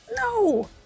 No